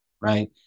right